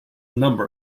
number